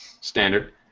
Standard